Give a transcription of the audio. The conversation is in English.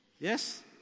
Yes